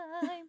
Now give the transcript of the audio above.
time